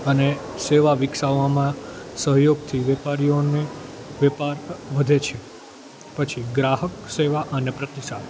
અને સેવા વિકસાવવામાં સહયોગથી વેપારીઓને વેપાર વધે છે પછી ગ્રાહક સેવા અને પ્રતિસાદ